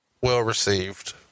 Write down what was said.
well-received